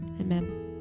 Amen